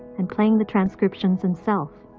and playing the transcriptions himself.